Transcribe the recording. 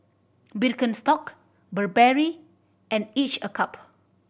Birkenstock Burberry and Each a Cup